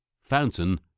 Fountain